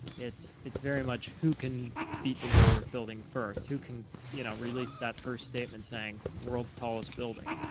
it's it's very much who can beat the woolworth building first, who can you know release that first statement saying world's tallest building.